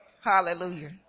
Hallelujah